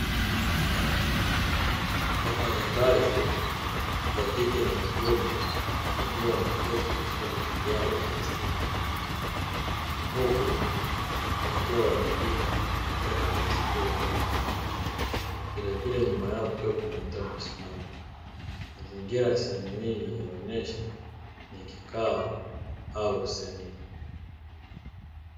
Wafanyakazi wakike na wakiume wakiwa wameketi katika viti vyao vya plastiki; huku wakiwa wanaandika katika karatasi kubwa, vilevile nyuma yao kukiwa na mtu amesimama. Mazingira ya sehemu hii yanaonyesha ni ya kikao au semina.